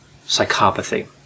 psychopathy